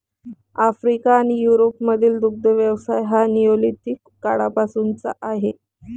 Africa आणि युरोपमधील दुग्ध व्यवसाय हा निओलिथिक काळापासूनचा आहे